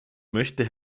möchte